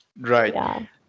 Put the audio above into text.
Right